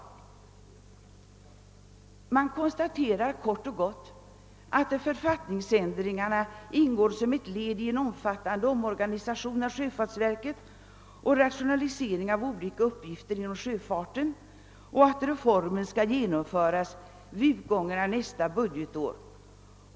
Utskottet konstaterar kort och gott att »författningsändringarna ingår som ett led i en omfattande omorganisation av sjöfartsverket och rationalisering av olika arbetsuppgifter inom sjöfarten» och att reformen »skall genomföras vid ingången av nästa budgetår».